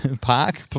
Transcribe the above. park